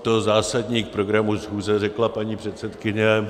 To zásadní k programu schůze řekla paní předsedkyně.